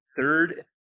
third